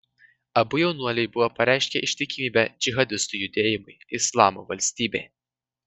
abu jaunuoliai buvo pareiškę ištikimybę džihadistų judėjimui islamo valstybė